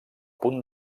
punt